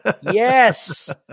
yes